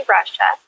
Russia